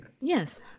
Yes